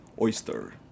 oyster